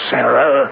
Sarah